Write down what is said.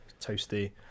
toasty